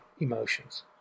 emotions